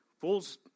fools